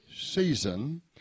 season